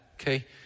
okay